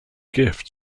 gift